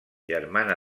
germana